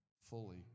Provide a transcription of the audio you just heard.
fully